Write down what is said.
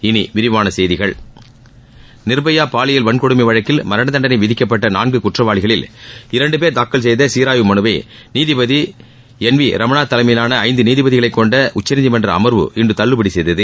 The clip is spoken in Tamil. இனி விரிவான செய்திகள் நிர்பயா பாலியல் வன்கொடுமை வழக்கில் மரணதண்டனை விதிக்கப்பட்ட நான்கு குற்றவாளிகளில் இரண்டு பேர் தாக்கல் செய்த சீராய்வு மனுவை நீதிபதி என் வி ரமணா தலைமையிலான ஐந்து நீதிபதிகளைக் கொண்ட உச்சநீதிமன்ற அமர்வு இன்று தள்ளுபடி செய்தது